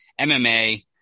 MMA